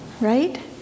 right